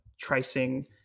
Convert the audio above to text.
tracing